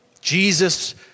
Jesus